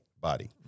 body